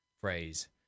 phrase